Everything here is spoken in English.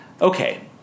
Okay